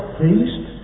feast